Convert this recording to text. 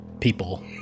people